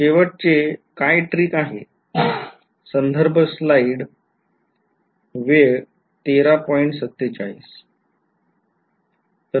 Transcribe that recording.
शेवट चे काय ट्रिक आहे